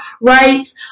rights